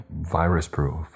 virus-proof